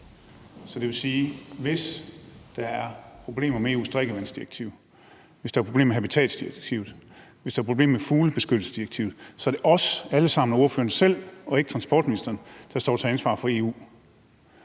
Det vil sige, at hvis der er problemer med EU's drikkevandsdirektiv, at hvis der er problemer med habitatdirektivet, eller at hvis der er problemer med fuglebeskyttelsesdirektivet, er det os alle sammen, også ordføreren selv, og ikke transportministeren, der står til ansvar over for EU.